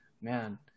man